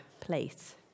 place